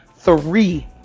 three